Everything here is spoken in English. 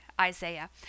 Isaiah